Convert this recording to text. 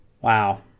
Wow